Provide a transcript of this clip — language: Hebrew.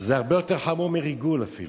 זה הרבה יותר חמור מריגול אפילו.